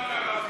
בשם השוויון.